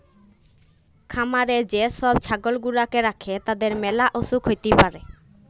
খামারে যে সব ছাগল গুলাকে রাখে তাদের ম্যালা অসুখ হ্যতে পারে